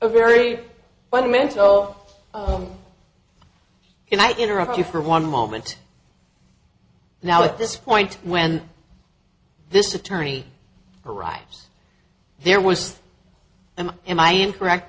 very fundamental oh and i interrupt you for one moment now at this point when this attorney arrives there was am am i incorrect